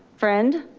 friend?